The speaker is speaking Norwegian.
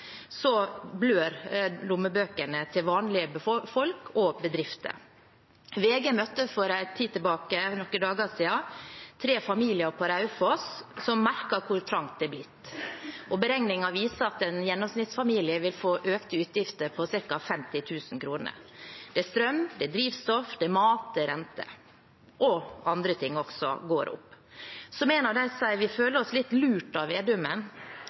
så blør lommebøkene til vanlige folk og bedrifter. VG møtte for noen dager siden tre familier på Raufoss som merker hvor trangt det er blitt. Beregningen viser at en gjennomsnittsfamilie vil få økte utgifter på ca. 50 000: Det er strøm, drivstoff, mat og renter – og andre ting går også opp. Som en av dem sier: «Vi føler oss litt lurt av